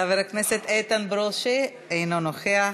חבר הכנסת איתן ברושי, אינו נוכח,